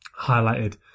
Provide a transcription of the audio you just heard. highlighted